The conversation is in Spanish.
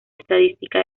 estadística